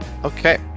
Okay